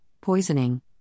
poisoning